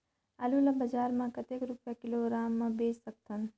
आलू ला बजार मां कतेक रुपिया किलोग्राम म बेच सकथन?